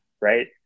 right